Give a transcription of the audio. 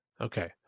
Okay